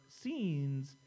scenes